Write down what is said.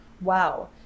Wow